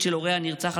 הנרצח,